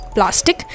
Plastic